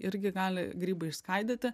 irgi gali grybai išskaidyti